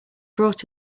brought